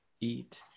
eat